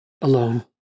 alone